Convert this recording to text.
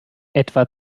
etwa